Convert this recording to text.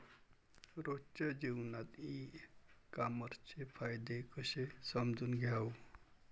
रोजच्या जीवनात ई कामर्सचे फायदे कसे समजून घ्याव?